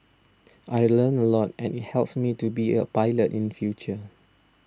I learnt a lot and it helps me to be a pilot in future